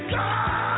God